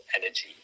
energy